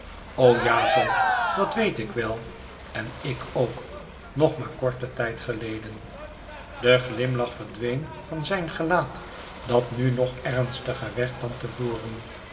o ja voogd dat weet ik wel en ik ook nog maar korten tijd geleden de glimlach verdween van zijn gelaat dat nu nog ernstiger werd dan te voren